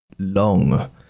Long